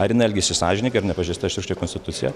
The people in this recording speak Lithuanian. ar jinai elgėsi sąžiningai ar nepažeista šiurkščiai konstitucija